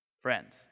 Friends